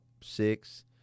six